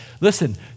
Listen